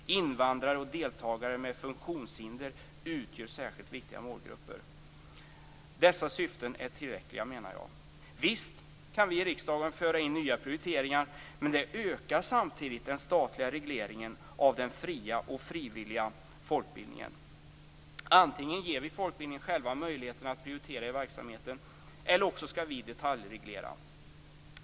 Invandrare och deltagare med funktionshinder utgör särskilt viktiga målgrupper". Dessa syften är tillräckliga, menar jag. Visst kan vi i riksdagen föra in nya prioriteringar, men det ökar samtidigt den statliga regleringen av den fria och frivilliga folkbildningen. Antingen ger vi folkbildningen själv möjligheten att prioritera i verksamheten eller också skall vi detaljreglera.